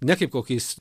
ne kaip kokiais